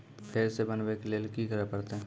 फेर सॅ बनबै के लेल की करे परतै?